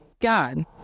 God